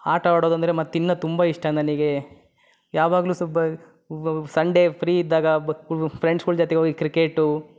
ಆಟ ಆಡೋದಂದ್ರೆ ಮತ್ತೂ ಇನ್ನೂ ತುಂಬ ಇಷ್ಟ ನನಗೆ ಯಾವಾಗಲೂ ಸುಬ್ಬ ಸಂಡೇ ಫ್ರೀ ಇದ್ದಾಗ ಫ್ರೆಂಡ್ಸ್ಗಳ ಜೊತೆಗೆ ಹೋಗಿ ಕ್ರಿಕೇಟು